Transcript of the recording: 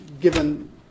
given